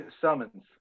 summons